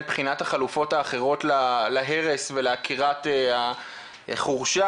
בחינת החלופות האחרות להרס ולעקירת החורשה,